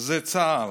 זה צה"ל,